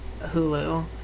Hulu